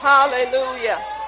Hallelujah